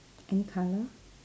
any colour